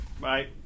Bye